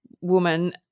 woman